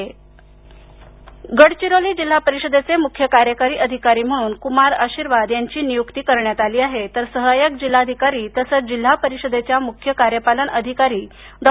गडचिरोली नियक्ती गडचिरोली जिल्हा परिषदेचे मुख्य कार्यकारी अधिकारी म्हणून कुमार आशीर्वाद यांची नियुक्ती करण्यात आली आहे तर सहायक जिल्हाधिकारी तसंच जिल्हा परिषदेच्या मुख्य कार्यपालन अधिकारी डॉ